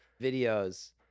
videos